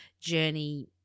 journey